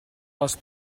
les